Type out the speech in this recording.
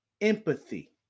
Empathy